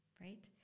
right